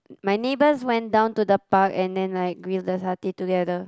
my neighbours went down to the park and then like grill the satay together